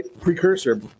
precursor